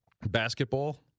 basketball